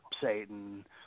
Satan